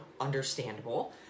understandable